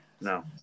no